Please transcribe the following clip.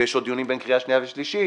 ויש עוד דיונים בין קריאה שנייה ושלישית.